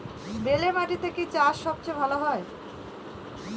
বেলে মাটিতে কি চাষ সবচেয়ে ভালো হয়?